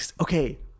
okay